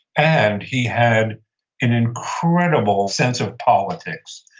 and he had an incredible sense of politics.